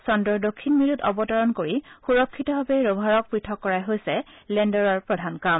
চন্দ্ৰৰ দক্ষিণ মেৰুত অৱতৰণ কৰি সুৰক্ষিতভাৱে ৰভাৰক পৃথক কৰাই হৈছে লেণ্ডৰৰ প্ৰধান কাম